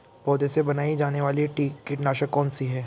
पौधों से बनाई जाने वाली कीटनाशक कौन सी है?